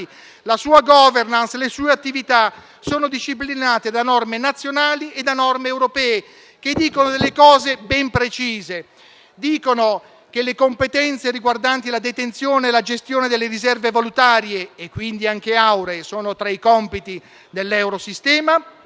La sua *governance* e le sue attività sono disciplinate da norme nazionali e da norme europee, che dicono delle cose ben precise. Dicono che le competenze riguardanti la detenzione e la gestione delle riserve valutarie e, quindi, anche auree, sono tra i compiti dell'eurosistema,